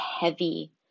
heavy